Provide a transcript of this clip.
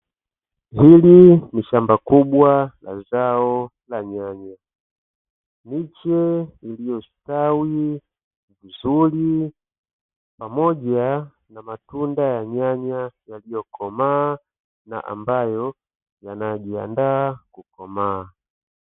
Hili ni shamba kubwa la zao la nyanya, miche iliyostawi vizuri pamoja na matunda ya nyanya yaliyokomaa na ambayo yanayojiandaa kukomaa.